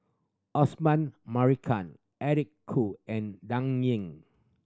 Osman Merican Eric Khoo and Dan Ying